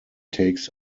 takes